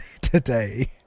today